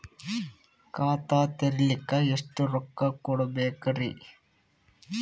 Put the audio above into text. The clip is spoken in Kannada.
ಖಾತಾ ತೆರಿಲಿಕ ಎಷ್ಟು ರೊಕ್ಕಕೊಡ್ಬೇಕುರೀ?